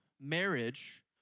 marriage